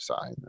side